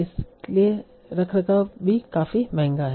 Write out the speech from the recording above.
इसलिए रखरखाव भी काफी महंगा है